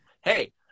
hey